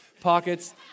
pockets